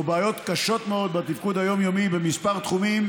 בעיות קשות מאוד בתפקוד היומיומי בכמה תחומים,